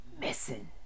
missing